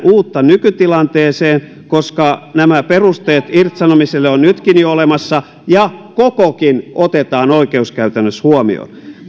uutta nykytilanteeseen koska nämä perusteet irtisanomiselle ovat nytkin jo olemassa ja kokokin otetaan oikeuskäytännössä huomioon